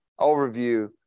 overview